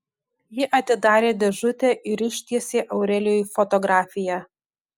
ji atidarė dėžutę ir ištiesė aurelijui fotografiją